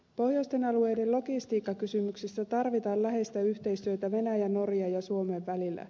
pohjoisten alueiden logistiikkakysymyksissä tarvitaan läheistä yhteistyötä venäjän norjan ja suomen välillä